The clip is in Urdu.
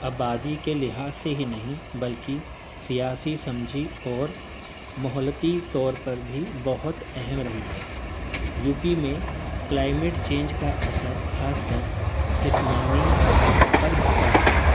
آبادی کے لحاظ سے ہی نہیں بلکہ سیاسی سمجھی اور ماحولیاتی طور پر بھی بہت اہم رہی ہے یو پی میں کلائمیٹ چینج کا اثر خاص کر کسمانی پر پڑا ہے